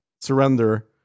surrender